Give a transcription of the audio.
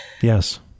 Yes